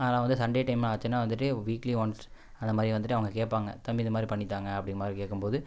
அதனால வந்து Sunday time ஆச்சுன்னா வந்துட்டு வீக்லி ஒன்ஸ் அந்த மாதிரி வந்துட்டு அவங்க கேட்பாங்க தம்பி இந்த மாதிரி பண்ணித்தாங்க அப்டினு மாதிரி கேட்கம் போது